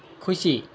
ખુશી